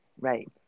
right